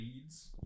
leads